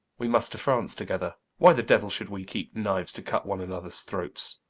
wee must to france together why the diuel should we keep kniues to cut one anothers throats?